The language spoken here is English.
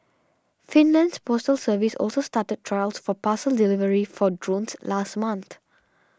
Finland's postal service also started trials for parcel delivery for drones last month